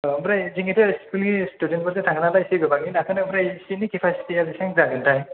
औ ओमफ्राय जोंनिथ' स्कुलनि स्टुदेन्थफोरसो थांगोन नालाय एसे गोबाङैनो गाखोनो ओमफ्राय सिटनि खेफासिथिया बिसिबां जागोनथाय